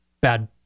bad